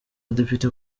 abadepite